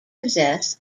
possess